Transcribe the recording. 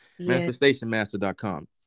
manifestationmaster.com